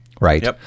right